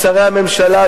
שרי הממשלה,